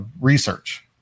research